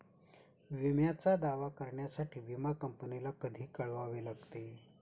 विम्याचा दावा करण्यासाठी विमा कंपनीला कधी कळवावे लागते?